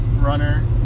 runner